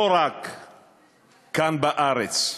לא רק כאן, בארץ,